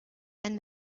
and